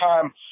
time